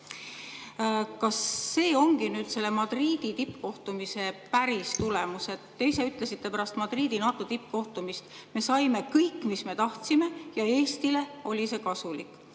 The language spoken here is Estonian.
Kas see ongi nüüd selle Madridi tippkohtumise päris tulemus? Te ise ütlesite pärast Madridi NATO tippkohtumist: me saime kõik, mis me tahtsime, ja Eestile oli see kasulik.